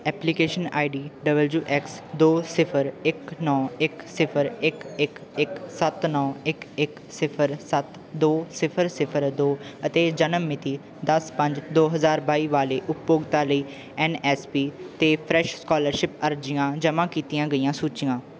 application I D W X ਦੋ ਸਿਫਰ ਇੱਕ ਨੌਂ ਇੱਕ ਸਿਫਰ ਇੱਕ ਇੱਕ ਇੱਕ ਸੱਤ ਨੌਂ ਇੱਕ ਇੱਕ ਸਿਫਰ ਸੱਤ ਦੋ ਸਿਫਰ ਸਿਫਰ ਦੋ ਅਤੇ ਜਨਮ ਮਿਤੀ ਦਸ ਪੰਜ ਦੋ ਹਜ਼ਾਰ ਬਾਈ ਵਾਲੇ ਉਪਭੋਗਤਾ ਲਈ ਐੱਨ ਐੱਸ ਪੀ 'ਤੇ ਫਰੈਸ਼ ਸਕੋਲਰਸ਼ਿਪ ਅਰਜ਼ੀਆਂ ਜਮ੍ਹਾਂ ਕੀਤੀਆਂ ਗਈਆਂ ਸੂਚੀਆਂ